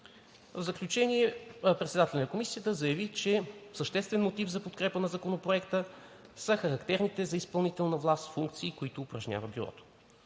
В заключение, председателят на Комисията заяви, че съществен мотив за подкрепа на Законопроекта са характерните за изпълнителната власт функции, които упражнява Бюрото.